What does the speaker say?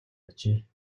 ажээ